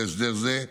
להסדר זה,